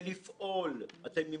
בכל הנוגע לתהליך הוועדה.